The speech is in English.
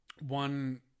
one